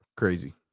crazy